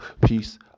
peace